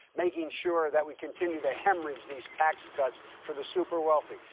making sure that we continue to hemorrhage these tax cuts for the superwealthy.